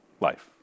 life